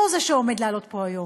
לא זה שעומד לעלות פה היום?